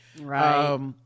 Right